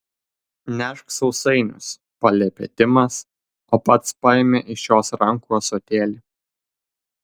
nešk sausainius paliepė timas o pats paėmė iš jos rankų ąsotėlį